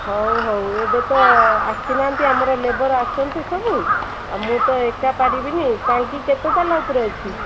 ହଉ ହଉ ଏବେ ତ ଆସିନାହାନ୍ତି ଆମର ଲେବର ଆସନ୍ତୁ ସବୁ ମୁଁ ତ ଏକା ପାରିବିନି ଟାଙ୍କି କେତେ ତାଲା ଉପରେ ଅଛି